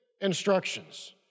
instructions